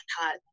hot